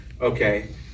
okay